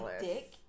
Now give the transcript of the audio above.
Dick